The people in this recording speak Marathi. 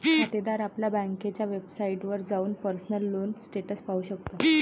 खातेदार आपल्या बँकेच्या वेबसाइटवर जाऊन पर्सनल लोन स्टेटस पाहू शकतो